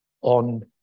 on